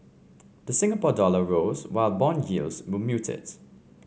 the Singapore dollar rose while bond yields were muted